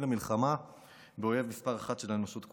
למלחמה באויב מספר אחת של האנושות כולה,